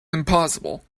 impossible